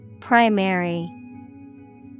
Primary